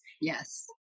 Yes